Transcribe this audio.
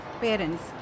parents